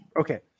okay